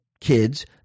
kids